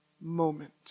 moment